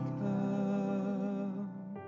come